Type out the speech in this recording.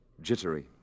jittery